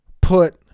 put